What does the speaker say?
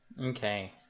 okay